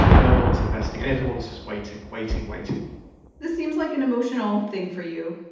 no one's investing. everyone is just waiting, waiting, waiting this seems like an emotional thing for you